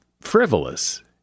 frivolous